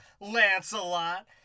Lancelot